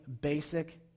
basic